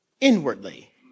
inwardly